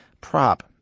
prop-